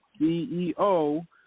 CEO